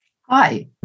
Hi